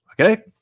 okay